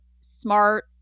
smart